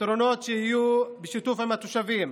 פתרונות שיהיו בשיתוף עם התושבים,